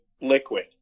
liquid